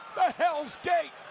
hell's gate!